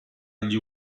gli